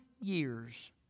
years